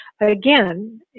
Again